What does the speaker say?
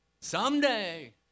someday